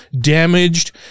damaged